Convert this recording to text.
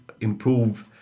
improve